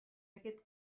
aquest